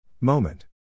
Moment